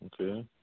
Okay